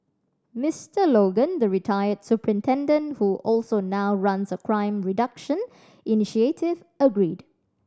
Mister Logan the retired superintendent who also now runs a crime reduction initiative agreed